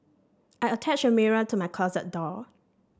I attached a mirror to my closet door